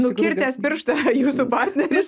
nukirtęs pirštą jūsų partneris